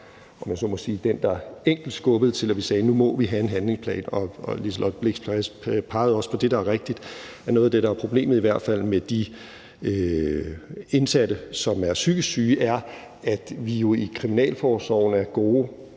var den enkelte, der skubbede til, at vi sagde, at nu må vi have en handlingsplan, og Liselott Blixt pegede også på det, der er rigtigt, nemlig at noget af det, der er problemet, i hvert fald med de indsatte, som er psykisk syge, er, at det, selv om vi i kriminalforsorgen er gode